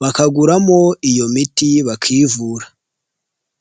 bakaguramo iyo miti bakivura.